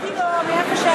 אבל האזנתי לו מאיפה שהייתי.